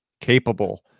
capable